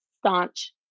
staunch